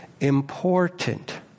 important